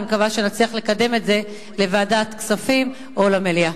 אני מקווה שנצליח לקדם את זה לוועדת כספים או למליאה.